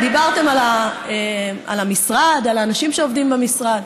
ההסכם עם איראן נחתם.